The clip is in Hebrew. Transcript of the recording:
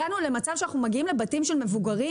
הגענו למצב שאנחנו מגיעים לבתים של מבוגרים